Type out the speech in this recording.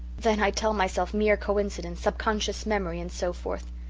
then i tell myself mere coincidence' subconscious memory and so forth.